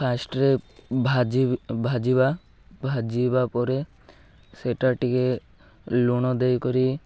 ଫାଷ୍ଟରେ ଭାଜି ଭାଜିବା ଭାଜିବା ପରେ ସେଇଟା ଟିକେ ଲୁଣ ଦେଇକରି